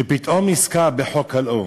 שפתאום הוא נזכר בחוק הלאום?